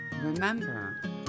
Remember